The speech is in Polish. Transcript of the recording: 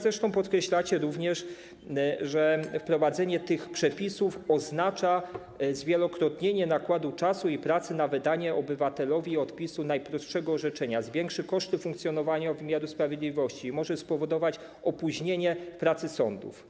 Zresztą podkreślacie również, że wprowadzenie tych przepisów oznacza zwielokrotnienie nakładu czasu i pracy na wydanie obywatelowi odpisu najprostszego orzeczenia, zwiększy koszty funkcjonowania wymiaru sprawiedliwości, może spowodować opóźnienie pracy sądów.